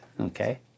Okay